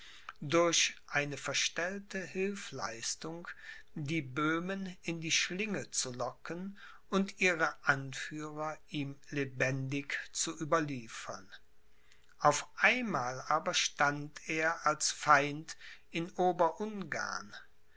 durch eine verstellte hilfleistung die böhmen in die schlinge zu locken und ihre anführer ihm lebendig zu überliefern auf einmal aber stand er als feind in